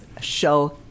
show